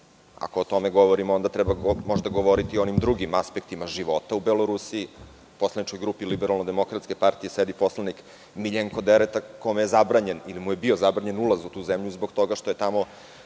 Ako o tome govorimo, onda možda treba govoriti o onim drugim aspektima života u Belorusiji. U poslaničkoj grupi LDP sedi poslanik Miljenko Dereta kome je zabranjen ili mu je bio zabranjen ulaz u tu zemlju zbog toga što je tamo